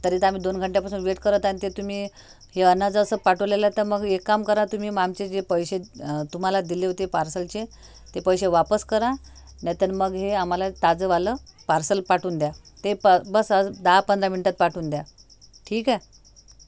तर इथं आम्ही दोन घंटा पासून वेट करत आहे ते तुम्ही हे अन्न जसं पाठवलेलं तर मग एक काम करा तुम्ही आमचे जे पैसे तुम्हाला दिले होते पार्सलचे ते पैसे वापस करा नाहीतर मग हे आम्हाला ताजंवालं पार्सल पाठवून द्या ते बस दहा पंधरा मिनिटात पाठवून द्या ठीक आहे